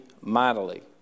mightily